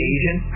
Asian